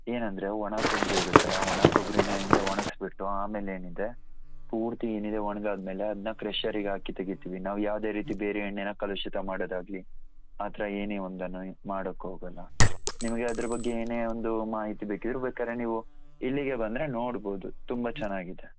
ಏನಂದರೆ ಒಣಕೊಬ್ಬರಿ ಇರುತ್ತಲ್ಲ ಒಣ ಕೊಬ್ಬರಿನ ಏನಿದೆ ಒಣಗಿಸ್ಬಿಟ್ಟು ಆಮೇಲೆ ಏನಿದೆ ಪೂರ್ತಿ ಏನಿದೆ ಒಣ್ಗಾದ ಮೇಲೆ ಅದನ್ನ ಕ್ರಶರಿಗೆ ಹಾಕಿ ತೆಗಿತೀವಿ ನಾವು ಯಾವುದೇ ರೀತಿ ಬೇರೆ ಎಣ್ಣೆನ ಕಲುಷಿತ ಮಾಡೋದಾಗ್ಲಿ ಆ ಥರ ಏನೇ ಒಂದನ್ನು ಮಾಡಕ್ಕೆ ಹೋಗಲ್ಲ ನಿಮಗೆ ಅದ್ರ ಬಗ್ಗೆ ಏನೇ ಒಂದು ಮಾಹಿತಿ ಬೇಕಿದ್ದರೆ ಬೇಕಾದ್ರೆ ನೀವು ಇಲ್ಲಿಗೇ ಬಂದರೆ ನೋಡ್ಬೋದು ತುಂಬ ಚೆನ್ನಾಗಿದೆ